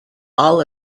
all